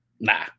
Nah